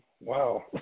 wow